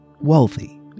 wealthy